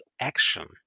action